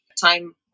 time